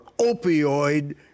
opioid